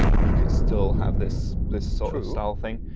you could still have this this sort of style thing.